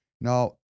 now